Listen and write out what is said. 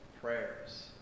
prayers